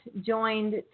joined